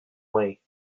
way